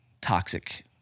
toxic